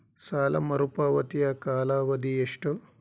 ಸಾಲ ಮರುಪಾವತಿಯ ಕಾಲಾವಧಿ ಎಷ್ಟು?